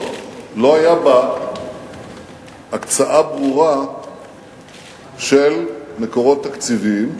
לא היתה בה הקצאה ברורה של מקורות תקציביים,